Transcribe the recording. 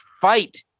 fight